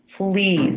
Please